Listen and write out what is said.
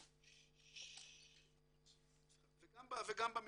וגם במינונים.